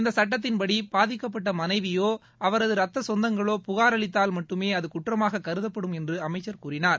இந்த சட்டத்தின்படி பாதிக்கப்பட்ட மனைவியோ அவரது ரத்த சொந்தங்களோ புகார் அளித்தால் மட்டுமே அது குற்றமாக கருதப்படும் என்று அமைச்சர் கூறினார்